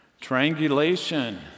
Triangulation